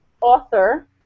author